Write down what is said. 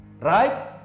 right